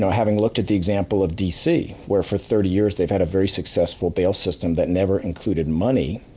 having looked at the example of d. c, where for thirty years they've had very successful bail system that never included money,